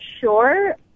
sure